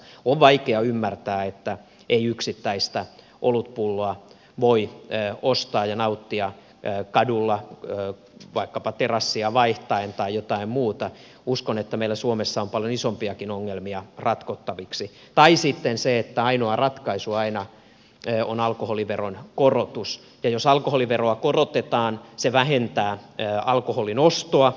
on vaikea ymmärtää että yksittäistä olutpulloa ei voi ostaa ja nauttia kadulla vaikkapa terassia vaihtaen tai jotain muuta uskon että meillä suomessa on paljon isompiakin ongelmia ratkottaviksi tai sitten sitä että ainoa ratkaisu aina on alkoholiveron korotus ja jos alkoholiveroa korotetaan se vähentää alkoholin ostoa